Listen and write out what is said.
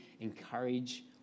encourage